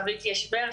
חוויתי השפלה,